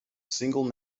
single